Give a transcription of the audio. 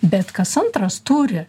bet kas antras turi